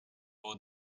all